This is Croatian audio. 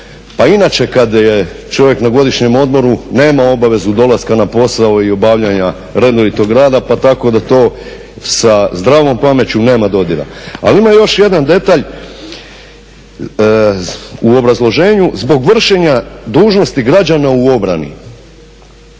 inače kad je čovjek na godišnjem odmoru nema obavezu dolaska na posao i obavljanja redovitog rada, pa tako da to sa zdravom pameću nema dodira. Ali ima još jedan detalj. U obrazloženju zbog vršenja dužnosti građana u obrani.